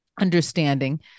understanding